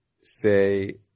say